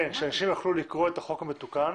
כן, שאנשים יוכלו לקרוא את החוק המתוקן.